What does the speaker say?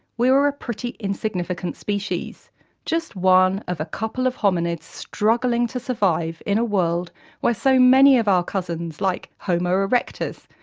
we were a pretty insignificant species just one of a couple hominids struggling to survive in a world where so many of our cousins, like homo erectus,